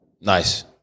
Nice